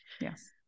Yes